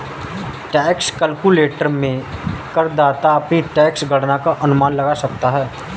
tax calculator में करदाता अपनी टैक्स गणना का अनुमान लगा सकता है